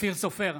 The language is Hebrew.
אופיר סופר,